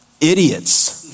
idiots